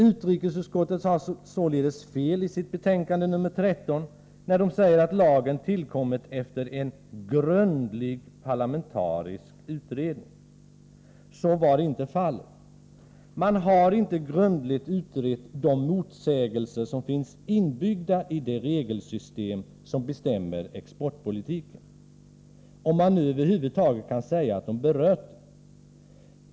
Utrikesutskottet har således fel i sitt betänkande 13, när det säger att lagen tillkommit efter en ”grundlig parlamentarisk utredning”. Så var inte fallet. Man har inte grundligt utrett de motsägelser som finns inbyggda i det regelsystem som bestämmer exportpolitiken, om man nu över huvud taget kan säga att de berörts.